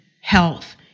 health